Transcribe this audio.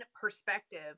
perspective